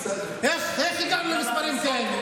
איך הגענו למספרים כאלה?